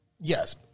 Yes